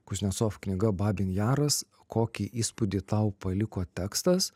kuznecov knyga babyn jaras kokį įspūdį tau paliko tekstas